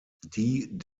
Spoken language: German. die